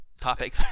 topic